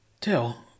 Tell